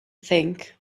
think